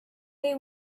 they